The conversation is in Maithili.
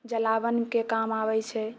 जलावनके काम आबै छै